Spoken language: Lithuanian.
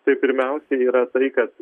tai pirmiausiai yra tai kas